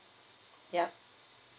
yup